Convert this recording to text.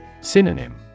Synonym